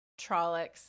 Trollocs